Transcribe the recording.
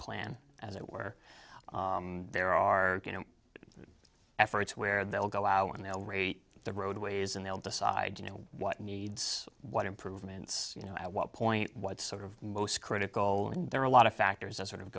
plan as it were there are efforts where they'll go out and they'll rate the roadways and they'll decide you know what needs what improvements you know at what point what sort of most critical and there are a lot of factors that sort of